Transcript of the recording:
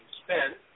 spend